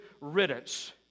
riddance